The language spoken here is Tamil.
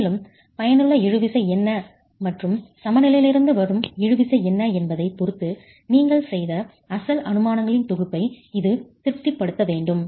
மேலும் பயனுள்ள இழுவிசை என்ன மற்றும் சமநிலையிலிருந்து வரும் இழுவிசை என்ன என்பதைப் பொறுத்து நீங்கள் செய்த அசல் அனுமானங்களின் தொகுப்பை இது திருப்திப்படுத்த வேண்டும்